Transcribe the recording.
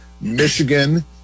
Michigan